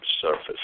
surface